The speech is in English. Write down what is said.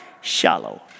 shallow